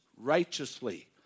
righteously